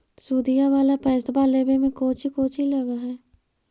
सुदिया वाला पैसबा लेबे में कोची कोची लगहय?